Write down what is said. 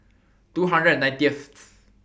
two hundred and ninetieth